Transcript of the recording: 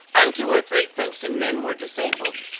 and two or three princeton men were disabled.